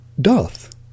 doth